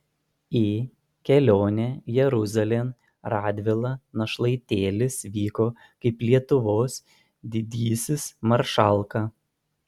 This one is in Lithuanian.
į kelionę jeruzalėn radvila našlaitėlis vyko kaip lietuvos didysis maršalka